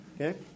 okay